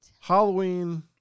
Halloween